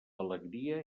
alegria